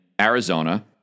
Arizona